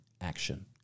action